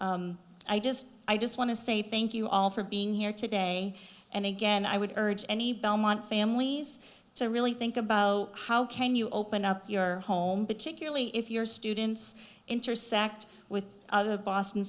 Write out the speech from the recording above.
so i just i just want to say thank you all for being here today and again i would urge any belmont families to really think about how can you open up your home particularly if your students intersect with other boston